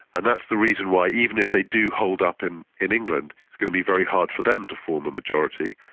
and that's the reason why even if they do hold up in in england, it's going to be very hard for them to form a majority.